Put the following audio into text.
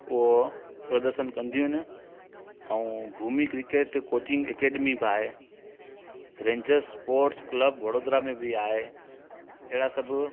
उहो प्रदर्शन कंदियूं उन ऐं भूमी क्रिकेट कोचिंग एकडैमी बि आहे रेंजर्स स्पोट्स क्लब वड़ोदरा में बि आहे अहिड़ा सभु